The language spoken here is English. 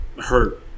hurt